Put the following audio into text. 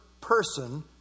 person